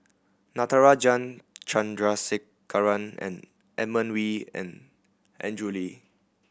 Natarajan Chandrasekaran and Edmund Wee and Andrew Lee